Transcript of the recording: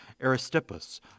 Aristippus